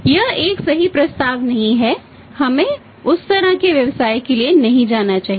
यह एक सही प्रस्ताव नहीं है हमें उस तरह के व्यवसाय के लिए नहीं जाना चाहिए